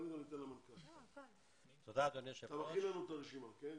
אתה מכין לנו את הרשימה, כן?